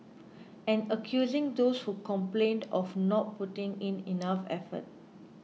and accusing those who complained of not putting in enough effort